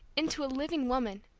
into a living woman,